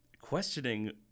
questioning